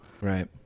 Right